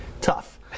tough